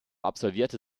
absolvierte